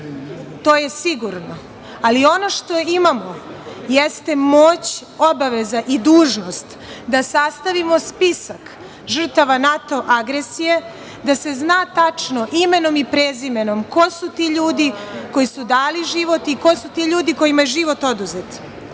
to je sigurno, ali ono što imamo jeste moć, obaveza i dužnost da sastavimo spisak žrtava NATO agresije, da se zna tačno imenom i prezimenom ko su ti ljudi koji su dali život i ko su ti ljudi kojima je život oduzet. Mi